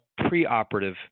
preoperative